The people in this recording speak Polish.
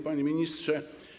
Panie Ministrze!